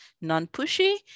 non-pushy